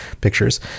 pictures